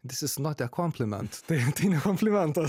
this is not a kompliment tai tai ne komplimentas